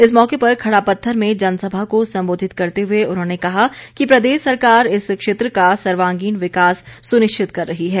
इस मौके पर खड़ापत्थर में जनसभा को संबोधित करते हुए उन्होंने कहा कि प्रदेश सरकार इस क्षेत्र का सर्वांगीण विकास सुनिश्चित कर रही है